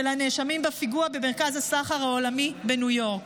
הנאשמים בפיגוע במרכז הסחר העולמי בניו יורק.